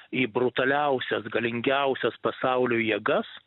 į brutaliausias galingiausias pasaulio jėgas